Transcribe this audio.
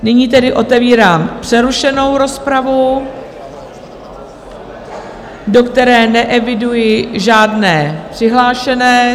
Nyní tedy otevírám přerušenou rozpravu, do které neeviduji žádné přihlášené.